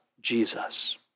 Jesus